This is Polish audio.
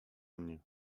mnie